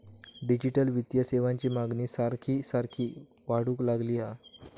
digital वित्तीय सेवांची मागणी सारखी सारखी वाढूक लागली हा